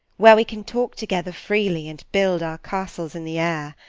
where we can talk together freely and build our castles in the air.